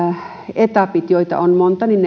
etapit joita on monta